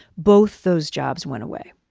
both those jobs went away.